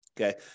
Okay